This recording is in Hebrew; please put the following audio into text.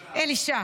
אלישע.